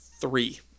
Three